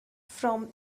from